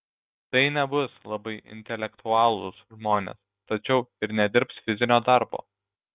tai nebus labai intelektualūs žmonės tačiau ir nedirbs fizinio darbo